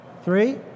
three